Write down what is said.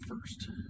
first